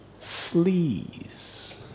Fleas